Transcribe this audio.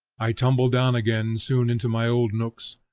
i tumble down again soon into my old nooks,